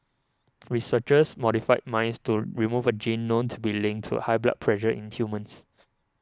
researchers modified mice to remove a gene known to be linked to high blood pressure in humans